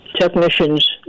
technicians